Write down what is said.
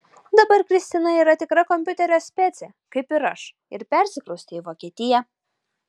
dabar kristina yra tikra kompiuterio specė kaip ir aš ir persikraustė į vokietiją